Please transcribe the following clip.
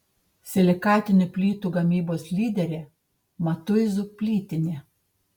silikatinių plytų gamybos lyderė matuizų plytinė